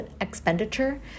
expenditure